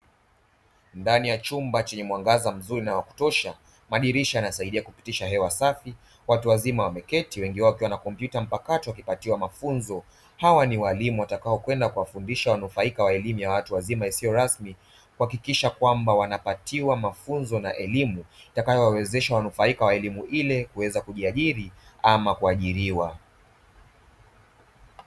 Ndani ya chumba chenye mwangaza mzuri na wakutosha madirisha yanasaidia kupitisha hewa safi, watu wazima wameketi wengi wao wakiwa na kompyuta mpakato wakipatiwa mafunzo, hawa ni walimu wataokwenda kuwafundisha wanufaika wa elimu ya watu wazima na isiyo rasmi, kuhakikisha kwamba wanapatiwa mafunzo na elimu itakayowawezesha wanufaika wa elimu ile kuweza kujiajiri ama kuajiriwa.